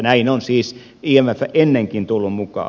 näin on siis imf ennenkin tullut mukaan